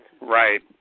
Right